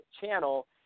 channel –